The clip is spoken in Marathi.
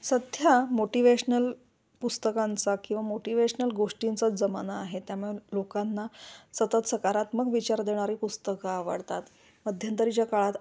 सध्या मोटिवेशनल पुस्तकांचा किंवा मोटिवेशनल गोष्टींचा जमाना आहे त्यामुळे लोकांना सतत सकारात्मक विचार देणारी पुस्तकं आवडतात मध्यंतरीच्या काळात